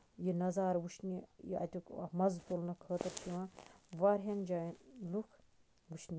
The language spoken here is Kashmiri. یہِ نَظارٕ وٕچھنہِ یہِ اَتیُک مَزٕ تُلنُک خٲطرٕ چھُ یِوان واریاہَن جاین لُکھ وٕچھنہِ